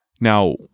Now